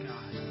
God